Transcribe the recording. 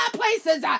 places